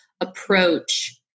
approach